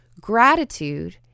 gratitude